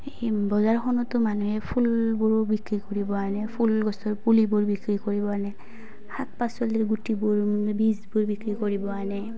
এই বজাৰখনতো মানুহে ফুলবোৰো বিক্ৰী কৰিব আনে ফুলগছৰ পুলিবোৰ বিক্ৰী কৰিব আনে শাক পাচলিৰ গুটিবোৰ বীজবোৰ বিক্ৰী কৰিব আনে